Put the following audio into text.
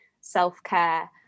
self-care